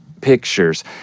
pictures